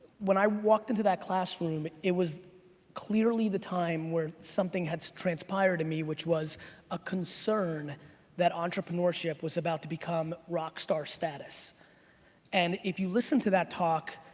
when i walked into that classroom it was clearly the time where something had transpired in me which was a concern that entrepreneurship was about to become rock star status and if you listen to that talk,